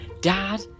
Dad